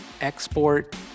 export